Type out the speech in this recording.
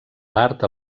l’art